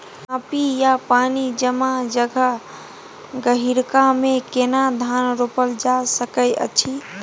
चापि या पानी जमा जगह, गहिरका मे केना धान रोपल जा सकै अछि?